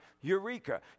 Eureka